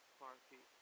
party